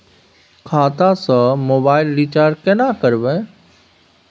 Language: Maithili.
खाता स मोबाइल रिचार्ज केना करबे?